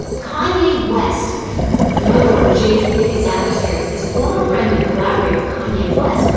kanye west another one of jay's biggest adversaries is former friend and collaborator kanye west,